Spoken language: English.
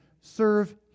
serve